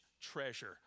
treasure